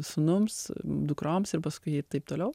sūnums dukroms ir paskui taip toliau